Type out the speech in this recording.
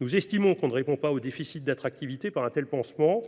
Nous estimons que l’on ne répond pas au déficit d’attractivité par un tel pansement.